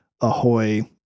ahoy